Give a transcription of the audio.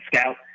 scout